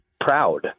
proud